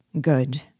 Good